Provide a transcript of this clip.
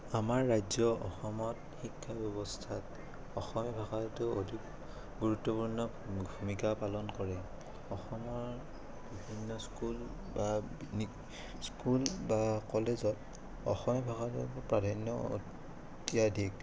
আমাৰ ৰাজ্য অসমত শিক্ষা ব্যৱস্থাত অসমীয়া ভাষাটোৱে অধিক গুৰুত্বপূৰ্ণ ভূমিকা পালন কৰে অসমৰ বিভিন্ন স্কুল বা স্কুল বা কলেজত অসমীয়া ভাষাটো প্ৰাধান্য অত্যাধিক